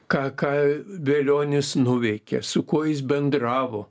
ką ką velionis nuveikė su kuo jis bendravo